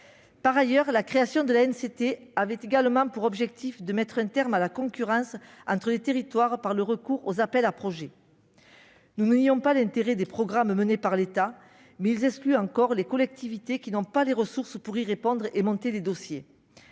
par le privé. La création de l'ANCT avait également pour objectif de mettre un terme à la concurrence entre les territoires par le recours aux appels à projets. Nous ne nions pas l'intérêt des programmes menés par l'État, mais ils excluent encore les collectivités n'ayant pas les ressources pour y répondre et monter les dossiers.